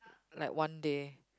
like one day